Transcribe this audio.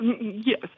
yes